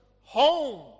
home